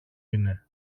είναι